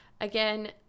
again